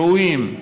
ראויים.